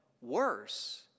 worse